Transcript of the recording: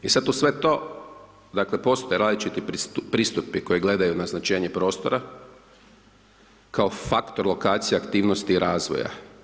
I sad uz sve to, dakle, postoje različiti pristupi koji gledaju na značenje prostora kao faktor lokacija aktivnosti i razvoja.